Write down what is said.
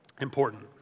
important